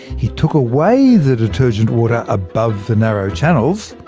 he took away the detergent water above the narrow channels,